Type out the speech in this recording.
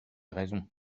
raison